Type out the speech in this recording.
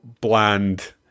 bland